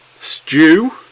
Stew